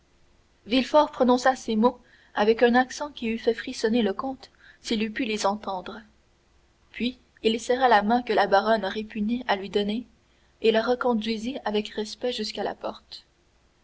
villefort prononça ces mots avec un accent qui eût fait frissonner le comte s'il eût pu les entendre puis il serra la main que la baronne répugnait à lui donner et la reconduisit avec respect jusqu'à la porte